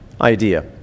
idea